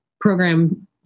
program